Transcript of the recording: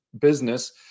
business